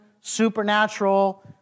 supernatural